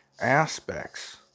aspects